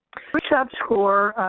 for each sub-score,